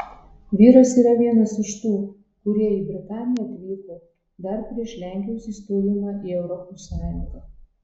vyras yra vienas iš tų kurie į britaniją atvyko dar prieš lenkijos įstojimą į europos sąjungą